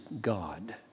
God